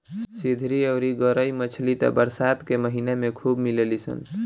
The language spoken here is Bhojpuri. सिधरी अउरी गरई मछली त बरसात के महिना में खूब मिलेली सन